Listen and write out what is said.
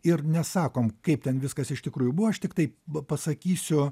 ir nesakom kaip ten viskas iš tikrųjų buvo aš tiktai va pasakysiu